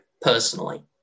personally